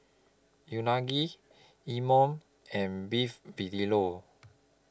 Unagi Imoni and Beef Vindaloo